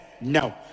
No